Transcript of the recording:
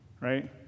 right